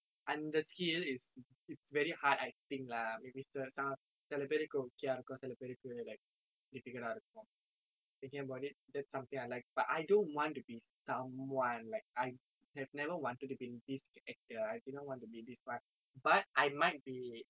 அந்த:antha skill it's it's very hard I think lah maybe சில பேருக்கு வந்து:sila paerukku vanthu okay ah இருக்கும் சில பேருக்கு:irukkum sila paerukku like difficult ah இருக்கும்:irukkum thinking about it that's something I like but I don't want to someone like I have never wanted to be this actor I didn't want to be this one but I might be